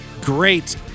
great